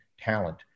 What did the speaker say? talent